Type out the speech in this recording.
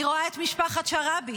אני רואה את משפחת שרעבי,